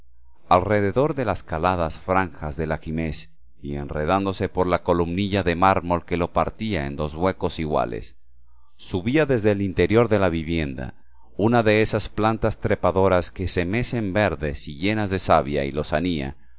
alrededor de las caladas franjas del ajimez y enredándose por la columnilla de mármol que lo partía en dos huecos iguales subía desde el interior de la vivienda una de esas plantas trepadoras que se mecen verdes y llenas de savia y lozanía